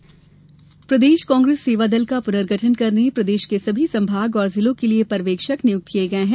सेवादल प्रदेश कांग्रेस सेवादल का पुर्नगठन करने प्रदेश के सभी संभाग और जिलों के लिये पर्यवेक्षक नियुक्त किये गये है